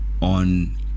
on